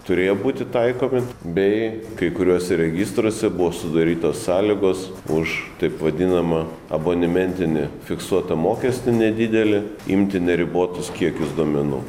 turėjo būti taikomi bei kai kuriuose registruose buvo sudarytos sąlygos už taip vadinamą abonementinį fiksuotą mokestį nedidelį imti neribotus kiekius duomenų